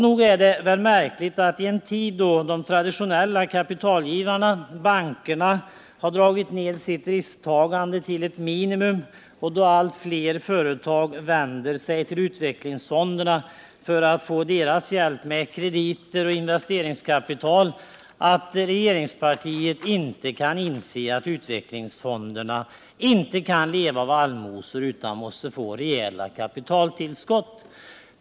Nog är det märkligt, i en tid då de traditionella kapitalgivarna, bankerna, har dragit ned sitt risktagande till ett minimum och då allt fler företag vänder sig till utvecklingsfonderna för att få deras hjälp med krediter och investeringskapital, att regeringspartiet inte kan inse att utvecklingsfonderna inte kan leva av allmosor utan måste få rejäla kapitaltillskott.